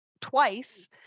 twice